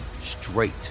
straight